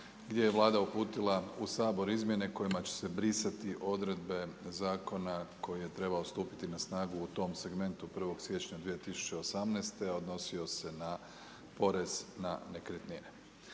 gdje je Vlada uputila u Sabor izmjene kojima će se brisati odredbe zakona koji je trebao stupiti na nagu u tom segmentu 1.1.2018., a odnosio se na porez na nekretnine.